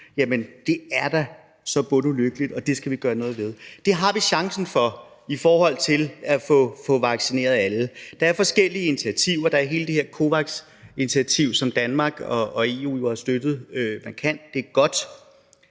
Jamen det er da så bundulykkeligt, og det skal vi gøre noget ved. Det har vi chancen for i forhold til at få vaccineret alle. Der er forskellige initiativer; der er hele det her COVAX-initiativ, som Danmark og EU har støttet markant. Det er godt,